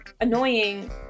annoying